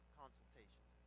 consultations